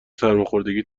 سرماخوردگی